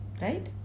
Right